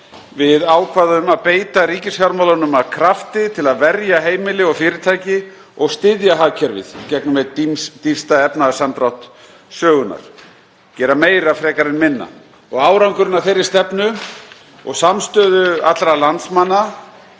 Við ákváðum að beita ríkisfjármálunum af krafti til að verja heimili og fyrirtæki og styðja hagkerfið í gegnum einn dýpsta efnahagssamdrátt sögunnar. Gera meira frekar en minna. Árangurinn af þeirri stefnu og samstöðu allra landsmanna